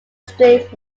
string